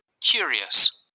Curious